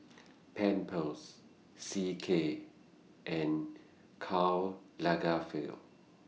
Pampers C K and Karl Lagerfeld